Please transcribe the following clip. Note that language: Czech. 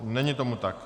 Není tomu tak.